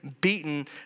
beaten